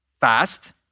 fast